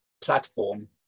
platform